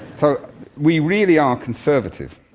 so we really are conservative.